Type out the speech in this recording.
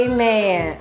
Amen